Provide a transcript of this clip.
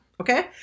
okay